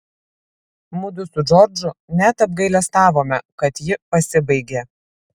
mudu su džordžu net apgailestavome kad ji pasibaigė